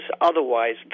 otherwise